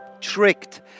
tricked